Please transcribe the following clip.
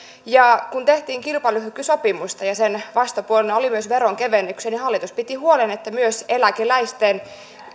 ja kun tehtiin kilpailukykysopimusta ja sen vastapuolena oli myös veronkevennyksiä niin hallitus piti huolen että myös eläkeläisten